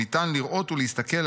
ניתן לראות ולהסתכל,